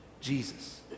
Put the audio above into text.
Jesus